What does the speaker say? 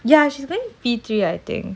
ya she's going P three I think